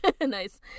Nice